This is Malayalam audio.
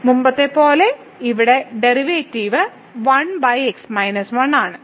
മുമ്പത്തെപ്പോലെ ഇവിടെ ഡെറിവേറ്റീവ് 1 ആണ്